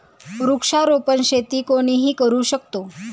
वृक्षारोपण शेती कोणीही करू शकतो